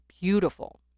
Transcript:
beautiful